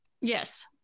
Yes